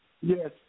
Yes